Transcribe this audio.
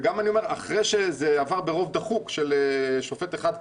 גם אחרי שזה עבר ברוב דחוק של שופט אחד,